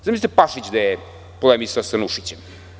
Zamislite Pašić da je polemisao sa Nušićem?